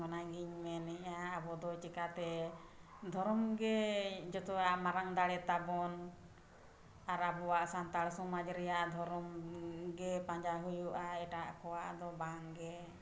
ᱚᱱᱟᱜᱤᱧ ᱢᱮᱱᱮᱜᱼᱟ ᱟᱵᱚ ᱫᱚ ᱪᱤᱠᱟᱹᱛᱮ ᱫᱷᱚᱨᱚᱢ ᱜᱮ ᱡᱷᱚᱛᱚᱣᱟᱜ ᱢᱟᱨᱟᱝ ᱫᱟᱲᱮ ᱛᱟᱵᱚᱱ ᱟᱨ ᱟᱵᱚᱣᱟᱜ ᱥᱟᱱᱛᱟᱲ ᱥᱚᱢᱟᱡᱽ ᱨᱮᱱᱟᱜ ᱫᱷᱚᱨᱚᱢ ᱜᱮ ᱯᱟᱸᱡᱟ ᱦᱩᱭᱩᱜᱼᱟ ᱮᱴᱟᱜ ᱠᱚᱣᱟᱜ ᱟᱫᱚ ᱵᱟᱝᱜᱮ